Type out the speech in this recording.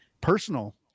personal